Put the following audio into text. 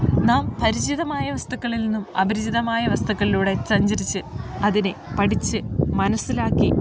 നാം പരിചിതമായ വസ്തുക്കളിൽ നിന്നും അപരിചിതമായ വസ്തുക്കളിലൂടെ സഞ്ചരിച്ച് അതിനെ പഠിച്ച് മനസ്സിലാക്കി